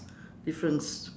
difference